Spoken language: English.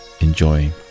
enjoy